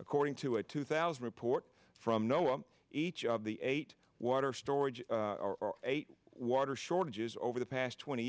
according to a two thousand report from knowing each of the eight water storage or eight water shortages over the past twenty